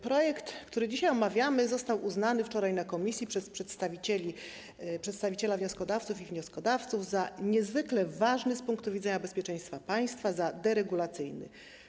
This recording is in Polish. Projekt ustawy, który dzisiaj omawiamy, został uznany wczoraj na posiedzeniu komisji przez przedstawiciela wnioskodawców i wnioskodawców za niezwykle ważny z punktu widzenia bezpieczeństwa państwa, za deregulacyjny.